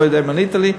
אני לא יודע אם ענית לי,